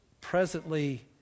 presently